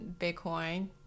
Bitcoin